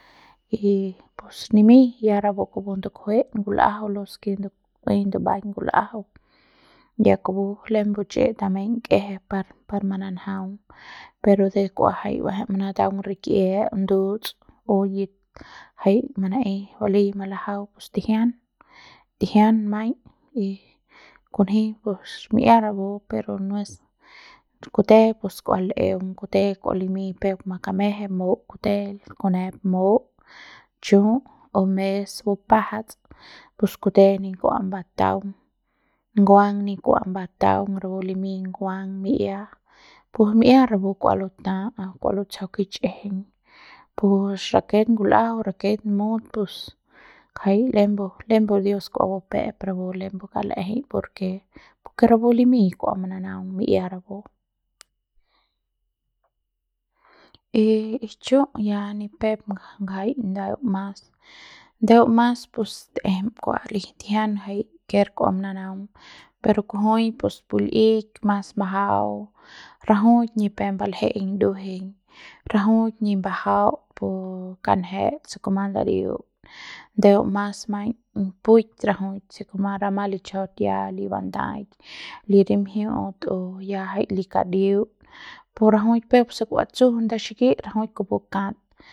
y pus nimiñ ya rapu kupu ndukjue ngul'ajau los ke nduteiñ ndumbaik ngul'ajau ya kupu lembu chi'i tameiñ kje pa par mananjaung peo jai kua ba'ejei manataung rik'ie ndu'uts o yit jai mana'ei balei malajau pus tijian tijian maiñ y kunji pus mi'ia rapu pero no es kute pos kua l'eung kute kua limiñ peuk makameje peuk mú kute kunep mú chú o mes bupajats pus kute ni kua bataung nguang nguang ni kua bataung rapu limiñ nguan mi'ia pus mi'ia rapu kua luta'au kua lutsjau kich'ijiñ pus raket ngul'ajau raket mut pus ngjai lembu lembu dios kua bupe'ep rapu lembu kauk la'ejei por ke por ke rapu limiñ kua mananaung mi'ia rapu y y chu ya ni pep ngjai ndeu mas, ndeu mas pus ta'ejem kua li tijian ker kua mananung pero kujui pus pu l'ik mas majau rajuik ni pep balje'eiñ nduejeiñ rajuik ni bajaut pus kanjet se kuma ndadiut ndeu mas maiñ pu'uik rajuik se kuma se rama lichjaun ya li bandaikj li rimjiu'ut o ya jai li kadiu'ut pu rajuik peuk se kua tsju nda xiki'i rajuik kupu kat.